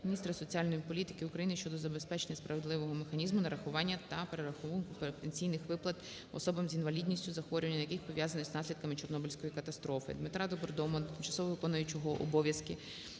міністра соціальної політики України щодо забезпечення справедливого механізму нарахування та перерахунку пенсійних виплат особам з інвалідністю, захворювання яких пов'язане з наслідками Чорнобильської катастрофи. ДмитраДобродомова до тимчасово виконуючого обов'язки